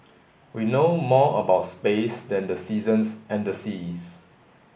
we know more about space than the seasons and the seas